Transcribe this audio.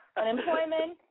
unemployment